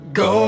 go